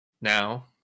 now